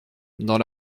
dans